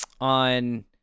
on